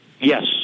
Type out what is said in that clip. Yes